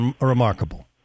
remarkable